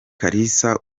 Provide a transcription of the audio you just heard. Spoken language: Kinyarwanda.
kalisa